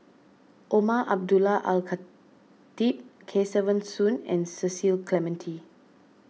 Umar Abdullah Al Khatib Kesavan Soon and Cecil Clementi